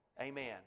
Amen